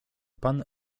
pan